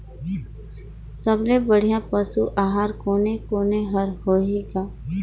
सबले बढ़िया पशु आहार कोने कोने हर होही ग?